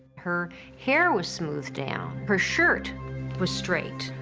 her hair was smooth down. her shirt was straight.